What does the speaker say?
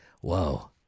whoa